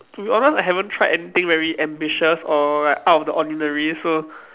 to be honest I haven't tried anything very ambitious or like out of the ordinary so